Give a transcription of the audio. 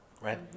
right